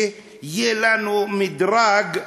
שיהיה לנו מדרג,